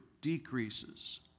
decreases